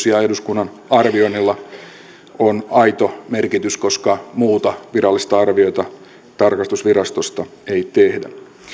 ja eduskunnan arvioinnilla on tietysti aito merkitys koska muuta virallista arviota tarkastusvirastosta ei tehdä